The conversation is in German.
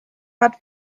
hat